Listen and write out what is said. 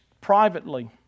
privately